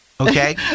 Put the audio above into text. okay